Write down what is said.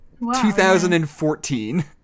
2014